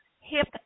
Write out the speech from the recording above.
hip